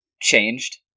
changed